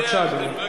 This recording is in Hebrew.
בבקשה, אדוני.